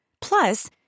Plus